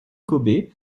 kobe